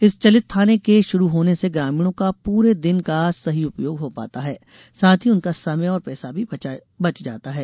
इस चलित थाने के शुरू होने से ग्रामीणों का पूरे दिन का सही उपयोग हो पाता है साथ ही उनका समय और पैसा भी बच जाता है